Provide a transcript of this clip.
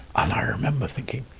and i remember thinking,